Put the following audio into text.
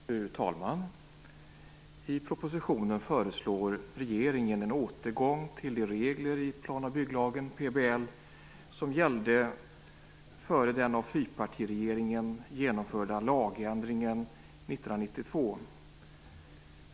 Fru talman! I propositionen föreslår regeringen en återgång till de regler i plan och bygglagen, PBL, som gällde före den av fyrpartiregeringen genomförda lagändringen 1992.